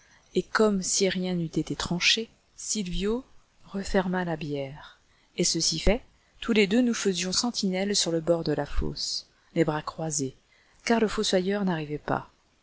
et comme si rien n'eût été tranché sylvio referma la bière et ceci fait tous les deux nous faisions sentinelle sur le bord de la fosse les bras croisés car le fossoyeur n'arrivait pas